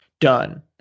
done